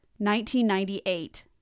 1998